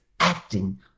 acting